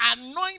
anoint